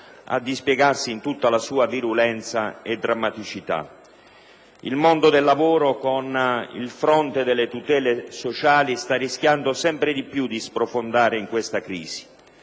a dispiegarsi in tutta la loro virulenza e drammaticità. Il mondo del lavoro, con il fronte delle tutele sociali, sta rischiando sempre di più di sprofondare in questa crisi.